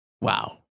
Wow